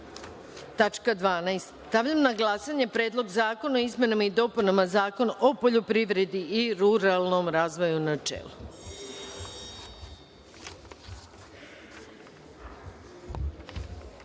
reda. Stavljam na glasanje Predlog zakona o izmenama i dopunama Zakona o poljoprivredi i ruralnom razvoju, u